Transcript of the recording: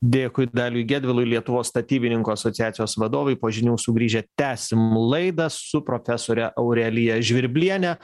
dėkui daliui gedvilui lietuvos statybininkų asociacijos vadovui po žinių sugrįžę tęsim laidą su profesore aurelija žvirbliene